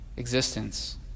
existence